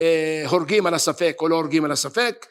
הורגים על הספק או לא הורגים על הספק.